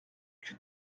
que